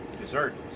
dessert